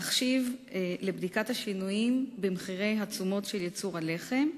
תחשיב לבדיקת השינויים במחירי התשומות של ייצור הלחם,